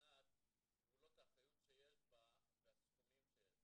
מבחינת גבולות האחריות שיש בה והסכומים שיש בה.